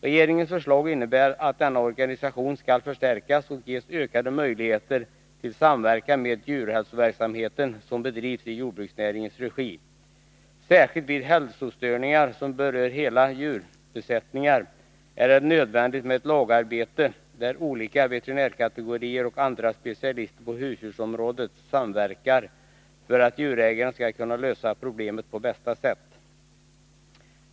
Regeringens förslag innebär att denna organisation skall förstärkas och ges ökade möjligheter till samverkan med den djurhälsoverksamhet som bedrivs i jordbruksnäringens regi. Särskilt vid hälsostörningar som berör hela djurbesättningar är det nödvändigt med ett lagarbete, där olika veterinärkategorier och andra specialister på husdjursområdet samverkar, för att djurägaren skall kunna lösa problemen på bästa sätt.